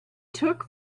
took